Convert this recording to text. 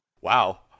wow